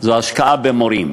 היא השקעה במורים.